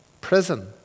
prison